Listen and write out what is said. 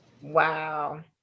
Wow